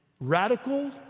radical